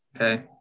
Okay